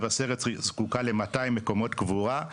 מבשרת זקוקה ל-200 מקומות קבורה,